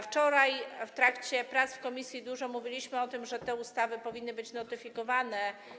Wczoraj w trakcie prac w komisji dużo mówiliśmy o tym, że te ustawy powinny być notyfikowane.